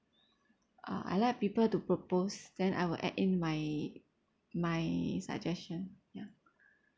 uh I like people to propose then I will add in my my suggestion ya